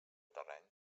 terreny